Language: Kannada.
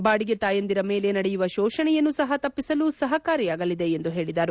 ಬಾಡಿಗೆ ತಾಯಂದಿರ ಮೇಲೆ ನಡೆಯುವ ಶೋಷಣೆಯನ್ನು ಸಹ ತಪ್ಪಿಸಲು ಸಹಕಾರಿಯಾಗಲಿದೆ ಎಂದು ಹೇಳದರು